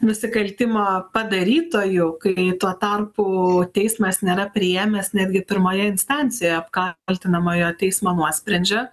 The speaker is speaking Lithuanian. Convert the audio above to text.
nusikaltimo padarytoju kai tuo tarpu teismas nėra priėmęs netgi pirmoje instancijoje apkaltinamojo teismo nuosprendžio